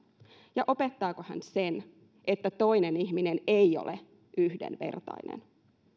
ja opettaako hän sen että toinen ihminen ei ole yhdenvertainen